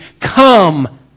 come